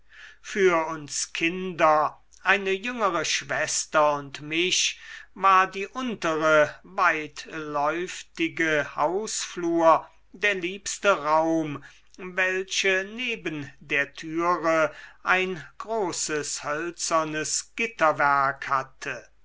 für uns kinder eine jüngere schwester und mich war die untere weitläuftige hausflur der liebste raum welche neben der türe ein großes hölzernes gitterwerk hatte